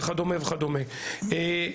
ברור